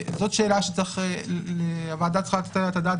זאת שאלה שהוועדה צריכה לתת עליה את הדעת